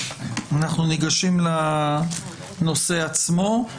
אנחנו ניגשים לנושא עצמו.